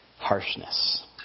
harshness